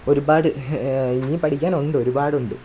ഒരുപാട് ഇനിയും പഠിക്കാനുണ്ട് ഒരുപാടുണ്ട്